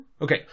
Okay